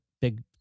big